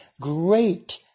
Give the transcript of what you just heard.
great